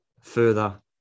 further